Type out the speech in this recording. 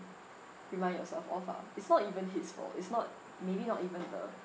remind yourself of ah it's not even his fault it's not maybe not even the